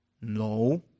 No